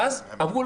ואז אמרו,